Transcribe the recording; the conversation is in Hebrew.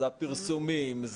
זה הפרסומים,